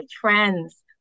trends